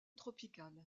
tropicale